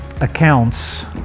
accounts